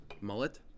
mullet